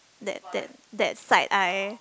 that that that side eye